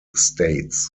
states